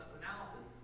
analysis